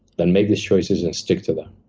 then make these choices and stick to them.